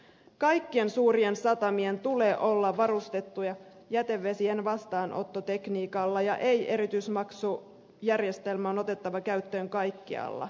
kaikkien suurien satamien tulee olla varustettuja jätevesien vastaanottotekniikalla ja ei erityismaksua järjestelmä on otettava käyttöön kaikkialla